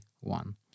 one